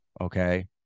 okay